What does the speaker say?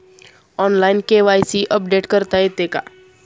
Online KYC update करता येते का?